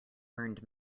earned